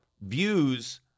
views